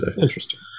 Interesting